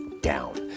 down